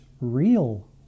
real